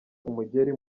umugeri